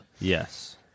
yes